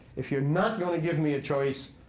if you're not going to give me a choice,